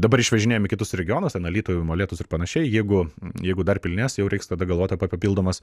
dabar išvežinėjam į kitus regionus ten alytų molėtus ir panašiai jeigu jeigu dar pilnės jau reiks tada galvot apie papildomas